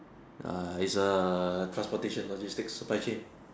ya it's a transportation logistics supply chain